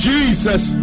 Jesus